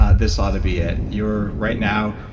ah this ought to be it. you're, right now,